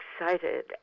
excited